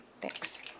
Thanks